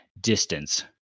distance